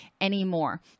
anymore